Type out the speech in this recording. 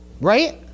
Right